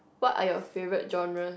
what are your favourite genres